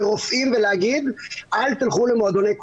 כרופאים ולהגיד: אל תלכו למועדוני כושר.